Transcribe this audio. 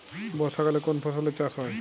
বর্ষাকালে কোন ফসলের চাষ হয়?